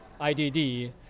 IDD